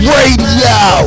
Radio